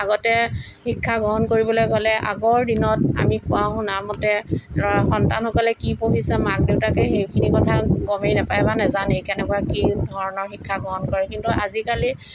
আগতে শিক্ষা গ্ৰহণ কৰিবলৈ গ'লে আগৰ দিনত আমি কোৱা শুনা মতে ল'ৰা সন্তানসকলে কি পঢ়িছে মাক দেউতাকে সেইখিনি কথা গমেই নাপায় বা নাজানেই কেনেকুৱা কি ধৰণৰ শিক্ষা গ্ৰহণ কৰে কিন্তু আজিকালি